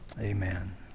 amen